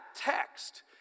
text